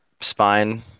Spine